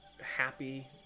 happy